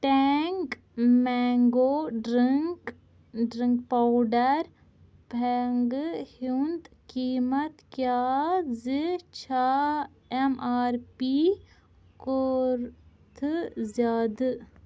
Tang mango drink drink powder ہُنٛد قۭمت کیٛازِ چھُ ایٚم آر پی کھۄتہٕ زیادٕ